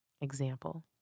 example